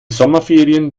sommerferien